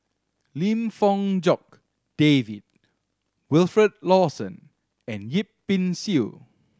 Lim Fong Jock David Wilfed Lawson and Yip Pin Xiu